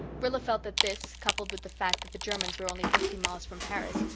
rilla felt that this, coupled with the fact that the germans were only fifty miles from paris,